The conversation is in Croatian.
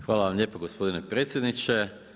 Hvala vam lijepo gospodine predsjedniče.